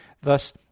thus